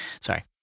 Sorry